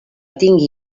tingui